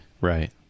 Right